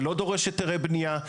זה לא דורש היתרי בנייה,